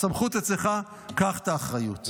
הסמכות אצלך, קח את האחריות.